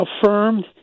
Affirmed